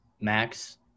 max